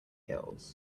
hills